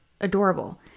adorable